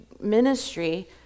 ministry